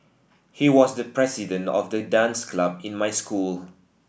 he was the president of the dance club in my school